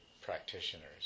practitioners